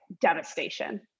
devastation